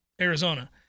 Arizona